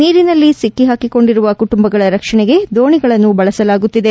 ನೀರಿನಲ್ಲಿ ಸಿಕ್ಕಿ ಹಾಕಿಕೊಂಡಿರುವ ಕುಟುಂಬಗಳ ರಕ್ಷಣೆಗೆ ದೋಣಿಗಳನ್ನು ಬಳಸಲಾಗುತ್ತಿದೆ